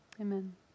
Amen